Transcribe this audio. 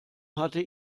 hatte